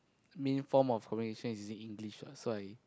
main form of communication is in English what so I